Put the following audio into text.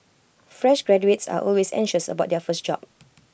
fresh graduates are always anxious about their first job